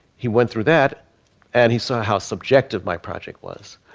he went through that and he saw how subjective my project was.